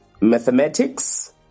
mathematics